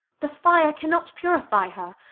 the fire cannot purify her.